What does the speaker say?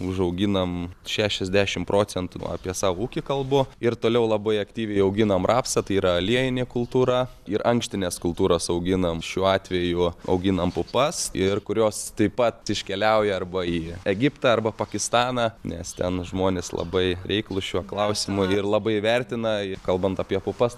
užauginam šešiasdešimt procentų apie savo ūkį kalbu ir toliau labai aktyviai auginam rapsą tai yra aliejinė kultūra ir ankštines kultūras auginam šiuo atveju auginam pupas ir kurios taip pat iškeliauja arba į egiptą arba pakistaną nes ten žmonės labai reiklūs šiuo klausimu ir labai vertina kalbant apie pupas